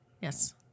Yes